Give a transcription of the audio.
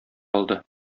алды